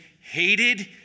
hated